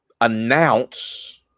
announce